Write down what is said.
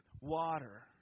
water